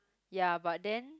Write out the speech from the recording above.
ya but then